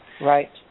Right